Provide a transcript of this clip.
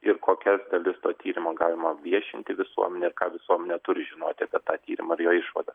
ir kokias dalis to tyrimo galima viešinti visuomenei ir ką visuomenė turi žinoti apie tą tyrimą ir jo išvadas